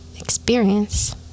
Experience